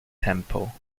temple